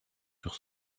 sur